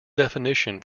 definition